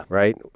right